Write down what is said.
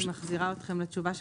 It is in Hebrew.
אני מחזירה אתכם לתשובה שלנו,